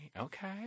okay